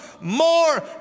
more